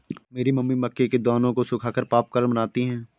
मेरी मम्मी मक्के के दानों को सुखाकर पॉपकॉर्न बनाती हैं